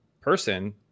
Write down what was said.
person